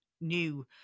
new